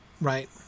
right